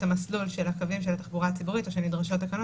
המסלול של הקווים של התחבורה הציבורית או שנדרשות תקנות.